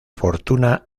fortuna